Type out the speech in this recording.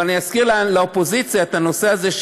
אבל אני אזכיר לאופוזיציה את הנושא הזה,